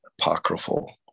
apocryphal